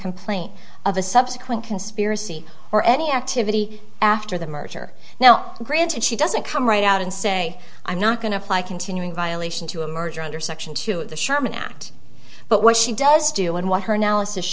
complaint of a subsequent conspiracy or any activity after the merger now granted she doesn't come right out and say i'm not going to fly continuing violation to emerge under section two of the sherman act but what she does do and what her analysis